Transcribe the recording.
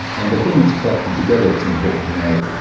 and the thing that's collected together it's important to note,